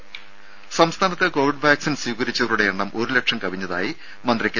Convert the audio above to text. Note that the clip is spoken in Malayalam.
രദര സംസ്ഥാനത്ത് കോവിഡ് വാക്സിൻ സ്വീകരിച്ചവരുടെ എണ്ണം ഒരു ലക്ഷം കവിഞ്ഞതായി മന്ത്രി കെ